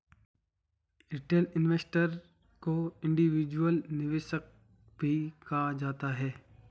retail investor को individual निवेशक भी कहा जाता है